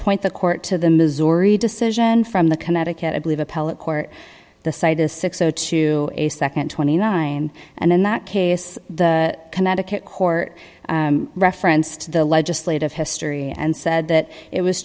point the court to the missouri decision from the connecticut i believe appellate court the cite is six o two a nd twenty nine and in that case the connecticut court reference to the legislative history and said that it was